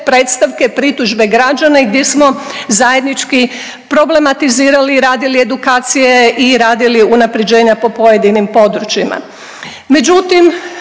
predstavke, pritužbe građana i gdje smo zajednički problematizirali i radili edukacije i radili unapređenja po pojedinim područjima.